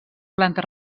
planta